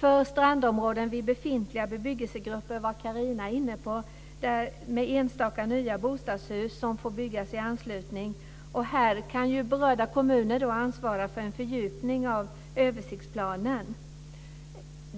Elgestam var inne på, enstaka nya bostadshus kunna få byggas. Här kan berörda kommuner ansvara för en fördjupning av översiktsplanen.